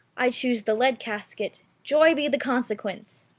i choose the lead casket joy be the consequence!